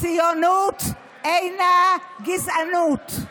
ציונות אינה גזענות.